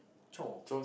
chore